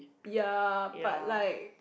ya but like